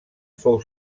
fou